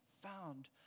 found